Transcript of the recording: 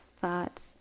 thoughts